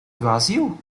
vazio